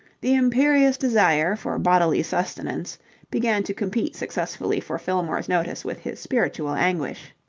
the imperious desire for bodily sustenance began to compete successfully for fillmore's notice with his spiritual anguish.